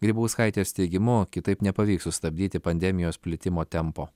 grybauskaitės teigimu kitaip nepavyks sustabdyti pandemijos plitimo tempo